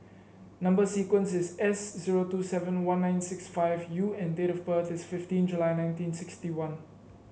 number sequence is S zero two seven one nine six five U and date of birth is fifteen July nineteen sixty one